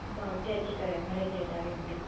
मां उते अची करे भरे थी वठां रूबरूं